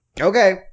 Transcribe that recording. Okay